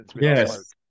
Yes